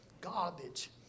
Garbage